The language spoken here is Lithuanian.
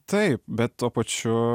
taip bet tuo pačiu